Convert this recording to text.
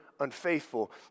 Unfaithful